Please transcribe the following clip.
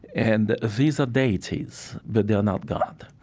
and these are deities, but they are not god.